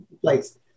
place